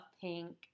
pink